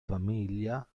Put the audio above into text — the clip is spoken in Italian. famiglia